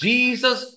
Jesus